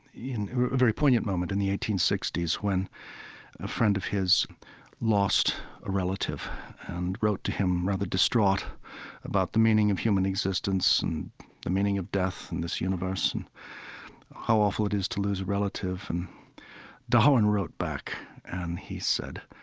very poignant moment in the eighteen sixty s, when a friend of his lost a relative and wrote to him, rather distraught about the meaning of human existence and the meaning of death in this universe and how awful it is to lose a relative. and darwin wrote back and he said,